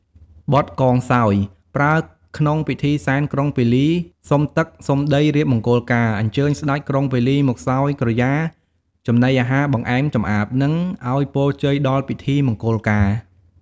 បទកងសោយ ប្រើក្នុងពិធីសែនក្រុងពាលី សុំទឹក សុំដីរៀបមង្គលការ អញ្ចើញស្ដេចក្រុងពាលីមកសោយក្រយាចំណីអាហារបង្អែមចម្អាប និងឱ្យពរជ័យដល់ពិធីមង្គលការ